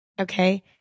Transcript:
okay